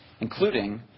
including